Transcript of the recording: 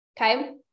okay